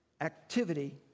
activity